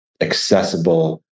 accessible